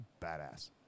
badass